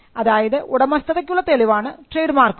അതായത് ഉടമസ്ഥതയ്ക്കുള്ള തെളിവാണ് ട്രേഡ് മാർക്കുകൾ